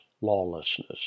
lawlessness